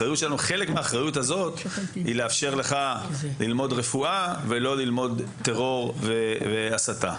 וחלק ממנה היא לאפשר לך ללמוד רפואה ולא ללמוד טרור והסתה.